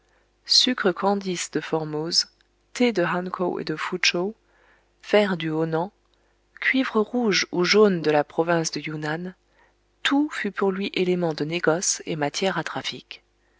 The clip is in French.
sucres candis de formose thés de hankow et de foochow fers du honan cuivre rouge ou jaune de la province de yunanne tout fut pour lui élément de négoce et matière à trafic